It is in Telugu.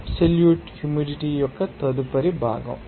అబ్సల్యూట్ హ్యూమిడిటీ యొక్క తదుపరి భాగం